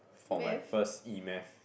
for my first E math